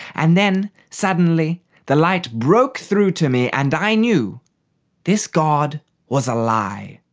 and then suddenly the light broke through to me and i knew this god was a lie.